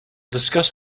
discuss